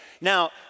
now